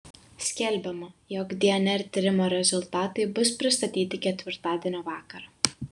skelbiama jog dnr tyrimo rezultatai bus pristatyti ketvirtadienio vakarą